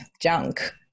junk